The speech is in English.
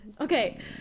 okay